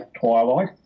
twilight